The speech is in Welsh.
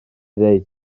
ddweud